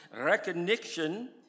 recognition